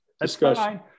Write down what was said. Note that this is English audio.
discussion